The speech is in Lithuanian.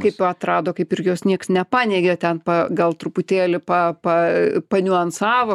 kaip atrado kaip ir jos nieks nepaneigė ten pa gal truputėlį pa pa paniuansavo